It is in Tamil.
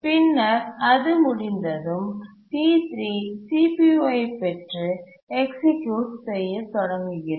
பின்னர் அது முடிந்ததும் T3 CPUஐ பெற்று எக்சிக்யூட் செய்ய தொடங்குகிறது